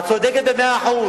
את צודקת במאה אחוז.